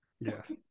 yes